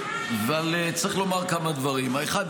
אבל צריך לומר כמה דברים: האחד,